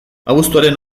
abuztuaren